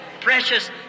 precious